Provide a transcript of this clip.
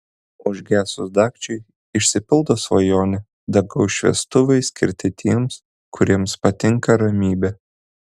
užgesus dagčiui išsipildo svajonė dangaus šviestuvai skirti tiems kuriems patinka ramybė